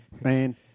Man